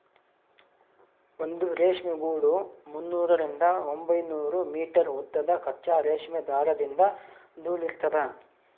ಒಂದು ರೇಷ್ಮೆ ಗೂಡು ಮುನ್ನೂರರಿಂದ ಒಂಬೈನೂರು ಮೀಟರ್ ಉದ್ದದ ಕಚ್ಚಾ ರೇಷ್ಮೆ ದಾರದಿಂದ ನೂಲಿರ್ತದ